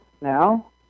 now